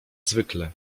zwykle